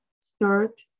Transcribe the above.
start